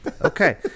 Okay